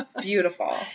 beautiful